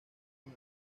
una